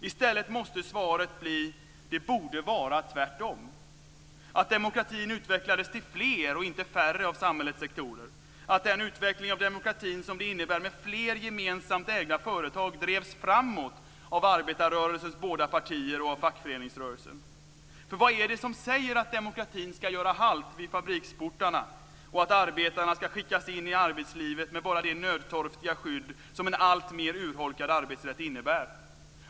I stället måste svaret bli: Det borde vara tvärtom - att demokratin utvecklades till fler och inte färre av samhällets sektorer, att den utveckling av demokratin som det innebär med fler gemensamt ägda företag drevs framåt av arbetarrörelsens båda partier och av fackföreningsrörelsen. För vad är det som säger att demokratin ska göra halt vid fabriksportarna och att arbetarna ska skickas in i arbetslivet med bara det nödtorftiga skydd som en alltmer urholkad arbetsrätt innebär?